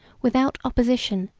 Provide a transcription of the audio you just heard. without opposition,